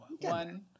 one